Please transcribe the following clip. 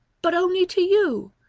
but only to you.